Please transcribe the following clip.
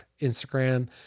Instagram